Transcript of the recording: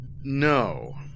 No